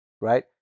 right